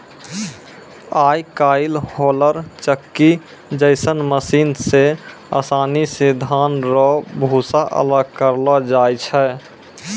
आय काइल होलर चक्की जैसन मशीन से आसानी से धान रो भूसा अलग करलो जाय छै